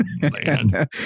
man